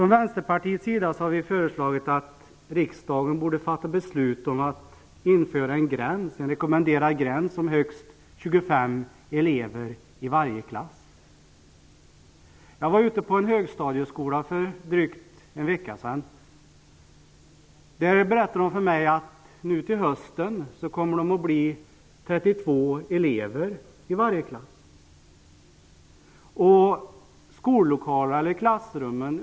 Vi i Vänsterpartiet har därför sagt i framlagda förslag att riksdagen borde fatta beslut om införandet av en rekommenderad gräns om högst 25 elever i varje klass. För drygt en vecka sedan besökte jag en högstadieskola. Man berättade där för mig att det till hösten blir 32 elever i varje klass.